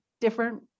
different